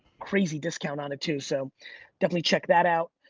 crazy discount on it too. so definitely check that out.